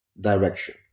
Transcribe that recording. direction